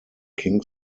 king